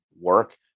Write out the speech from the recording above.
work